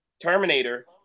Terminator